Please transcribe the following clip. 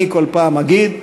אני כל פעם אגיד: